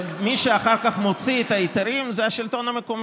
מי שאחר כך מוציא את ההיתרים זה השלטון המקומי.